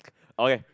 okay